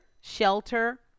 shelter